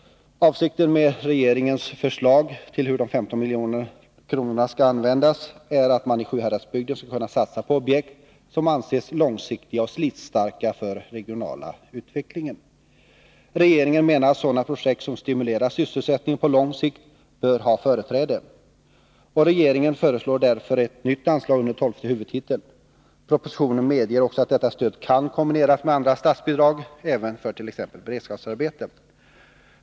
Avsikten med regeringens förslag till hur de 15 miljoner kronorna skall användas är att mani Sjuhäradsbygden skall kunna satsa på objekt som kan anses långsiktiga och slitstarka för den regionala utvecklingen. Regeringen menar att sådana projekt som stimulerar sysselsättningen på lång sikt bör ha företräde. Regeringen föreslår därför ett nytt anslag under 12:e huvudtiteln. Propositionen medger också att detta stöd kan kombineras med andra statsbidrag, även för t.ex. beredskapsarbete.